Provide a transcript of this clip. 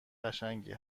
قشنگی